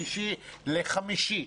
לחמישית,